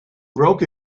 broke